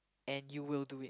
and you will do it